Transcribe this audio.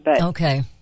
Okay